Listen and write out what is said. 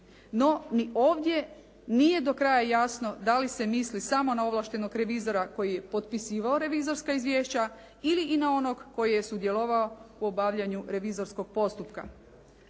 No, ni ovdje nije do kraja jasno da li se misli samo na ovlaštenog revizora koji je potpisivao revizorska izvješća ili i na onog koji je sudjelovao u obavljanju revizijskog postupka.